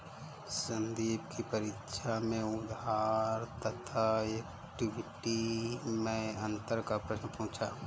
संदीप की परीक्षा में उधार तथा इक्विटी मैं अंतर का प्रश्न पूछा